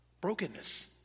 Brokenness